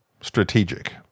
strategic